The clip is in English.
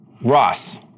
Ross